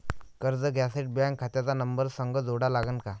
कर्ज घ्यासाठी बँक खात्याचा नंबर संग जोडा लागन का?